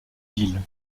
ville